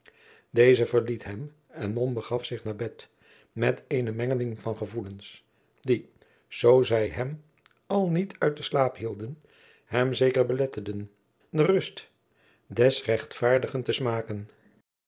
deze verliet hem en mom begaf zich naar bed met eene mengeling van gevoelens die zoo zij hem al niet uit den slaap hielden hem zeker beletteden de rust des rechtvaardigen te smaken